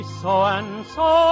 so-and-so